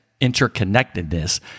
interconnectedness